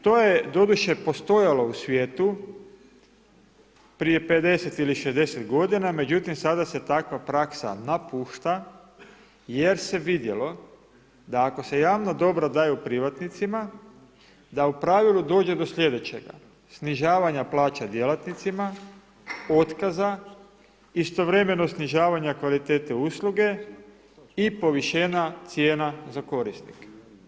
To je doduše postojalo u svijetu prije 50 ili 60 godina, međutim sada se takva praksa napušta jer se vidjelo da ako se javna dobra daju privatnicima da u pravilu dođe do sljedećega, snižavanja plaća djelatnicima, otkaza, istovremeno snižavanja kvalitete usluge i povišenja cijena za korisnike.